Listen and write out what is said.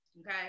Okay